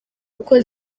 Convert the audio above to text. uko